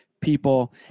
people